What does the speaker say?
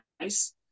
nice